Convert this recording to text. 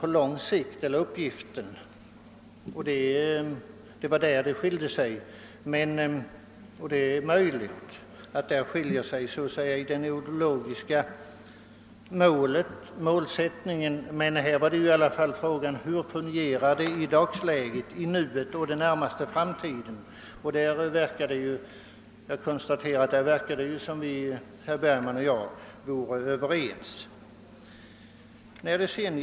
Det var egentligen det han ville framhålla. Det är möjligt att det föreligger en ideologisk skillnad när det gäller målsättningen, men vad det var fråga om var hur det hela fungerar i nuet och under den närmaste framtiden. Jag konstaterar att det förefaller som om herr Bergman och jag därvidlag vore överens.